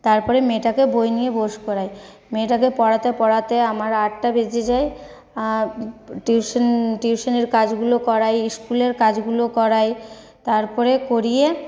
তারপরে মেয়েটাকে বই নিয়ে বোস করায় মেয়েটাকে পড়াতে পড়াতে আমার আটটা বেজে যায় টিউশন টিউশনির কাজগুলো করাই স্কুলের কাজগুলো করাই তারপরে করিয়ে